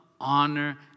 honor